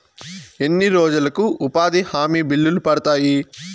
ఎన్ని రోజులకు ఉపాధి హామీ బిల్లులు పడతాయి?